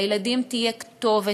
לילדים תהיה כתובת,